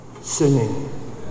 singing